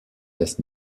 das